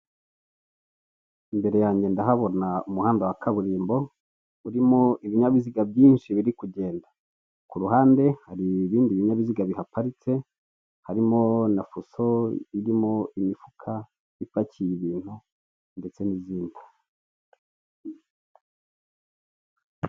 Imbare yange ndahabona umuhanda wa kaburimbo urimo ibnyabiziga byinshi biri kugenda. Ku ruhande hari ibindi binyabiziga bihaparitse harimo na fuso irimo imifuka ipakiye ibintu ndetse n'izindi.